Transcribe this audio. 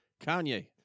Kanye